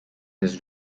his